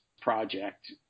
project